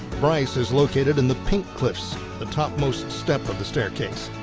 bryce is located in the pink cliffs the topmost step of the staircase.